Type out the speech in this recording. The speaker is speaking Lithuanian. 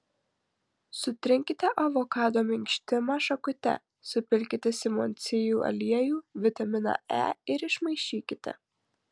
sutrinkite avokado minkštimą šakute supilkite simondsijų aliejų vitaminą e ir išmaišykite